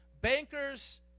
bankers